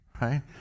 right